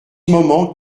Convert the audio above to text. moment